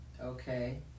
okay